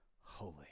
holy